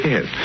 Yes